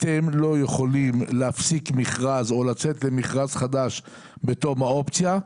אתם לא יכולים להפסיק מכרז או לצאת למכרז חדש בתום האופציה,